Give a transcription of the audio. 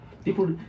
People